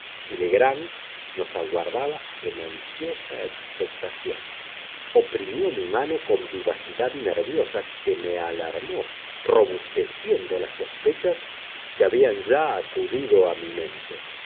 y legrand nos aguardaba en ansiosa expectación oprimió mi mano con vivacidad nerviosa que me alarmó robusteciendo las sospechas que habían ya acudido a mi mente